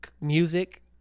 music